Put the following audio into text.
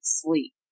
sleep